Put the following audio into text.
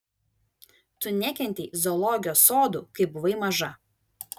tu nekentei zoologijos sodų kai buvai maža